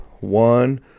One